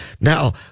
Now